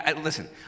Listen